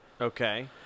Okay